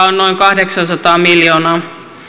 on noin kahdeksansataa miljoonaa